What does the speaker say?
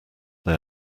they